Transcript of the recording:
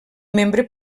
membre